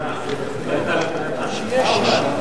להצעה לסדר-היום.